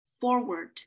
forward